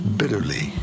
bitterly